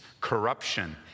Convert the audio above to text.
corruption